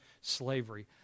slavery